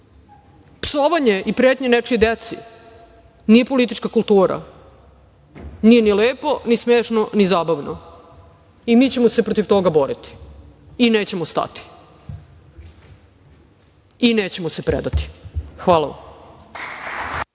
Psovanje i pretnje nečijoj deci, nije politička kultura, nije ni lepo, ni smešno, ni zabavno. Mi ćemo se protiv toga boriti i nećemo stati i nećemo se predati. Hvala vam.